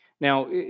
Now